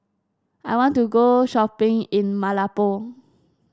I want to go shopping in Malabo